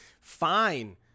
fine